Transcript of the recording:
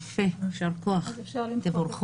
יפה, יישר כוח, תבורכו.